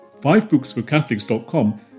fivebooksforcatholics.com